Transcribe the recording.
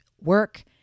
work